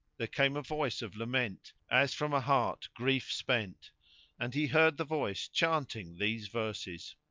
there came a voice of lament, as from a heart grief spent and he heard the voice chanting these verses